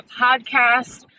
podcast